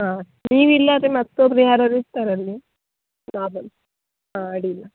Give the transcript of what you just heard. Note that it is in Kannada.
ಹಾಂ ನೀವು ಇಲ್ಲ ಆದರೆ ಮತ್ತೊಬ್ಬರು ಯಾರಾದ್ರೂ ಇರ್ತಾರಾ ಅಲ್ಲಿ ನಾ ಬಂದು ಹಾಂ ಅಡ್ಡಿಲ್ಲ